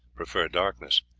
prefer darkness.